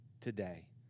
today